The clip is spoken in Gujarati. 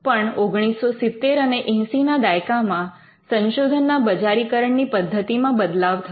પણ ૧૯૭૦ અને ૮૦ ના દાયકામાં સંશોધનના બજારીકરણ ની પદ્ધતિમાં બદલાવ થયો